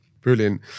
Brilliant